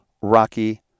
rocky